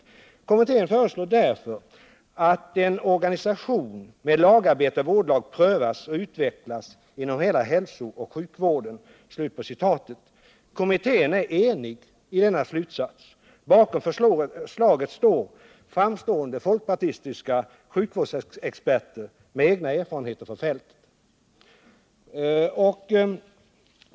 Kommittén föreslår därför att en organisation med lagarbete/vårdlag prövas och utvecklas inom hela hälsooch sjukvården.” Kommittén är enig i denna slutsats. Bakom förslaget står framstående folkpartistiska sjukvårdsexperter, med egna erfarenheter från fältet.